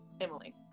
Emily